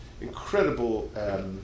Incredible